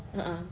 a'ah